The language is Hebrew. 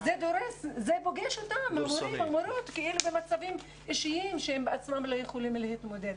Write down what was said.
כאילו פוגש אותם כאילו במצבים אישיים שהם בעצמם לא יכולים להתמודד.